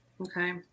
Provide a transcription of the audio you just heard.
Okay